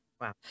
Wow